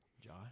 Josh